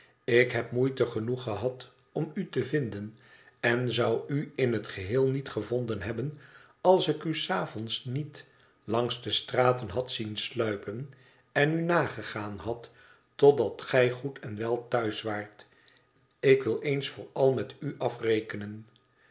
ik heb moeite genoeg gehad om u te vinden en zou u in het geheel niet gevonden hebben als ik u s avonds niet langs de straten had zien sluipen en u nagegaan had totdat gij goed en wel thuis waart ik wil eens voor al met u afrekenen